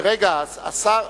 רגע, השר,